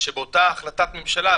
באותה החלטת ממשלה,